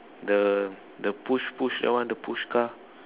the the push push that one the push car